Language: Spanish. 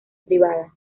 privada